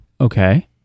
Okay